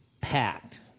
packed